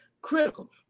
critical